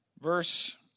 verse